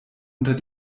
unter